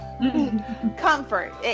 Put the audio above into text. Comfort